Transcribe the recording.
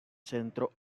centro